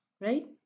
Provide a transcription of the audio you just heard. right